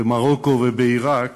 במרוקו ובעיראק